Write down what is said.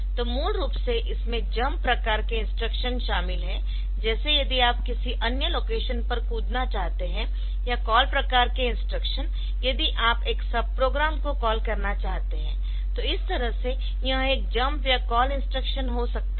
तो मूल रूप से इसमें जम्प प्रकार के इंस्ट्रक्शन शामिल हैजैसे यदि आप किसी अन्य लोकेशन पर कूदना चाहते है या कॉल प्रकार के इंस्ट्रक्शन यदि आप एक सबप्रोग्राम को कॉल करना चाहते है तो इस तरह से यह एक या कॉल इंस्ट्रक्शन हो सकता है